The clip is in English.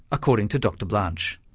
according to dr blanch.